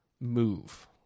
move